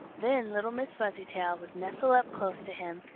then little miss fuzzytail would nestle up close to him,